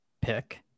pick